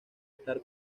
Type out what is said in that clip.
estar